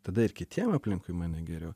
tada ir kitiem aplinkui mane geriau